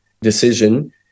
decision